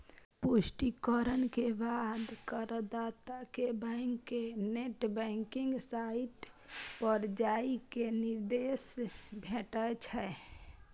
पुष्टिकरण के बाद करदाता कें बैंक के नेट बैंकिंग साइट पर जाइ के निर्देश भेटै छै